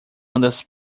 ondas